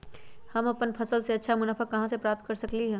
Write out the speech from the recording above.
हम अपन फसल से अच्छा मुनाफा कहाँ से प्राप्त कर सकलियै ह?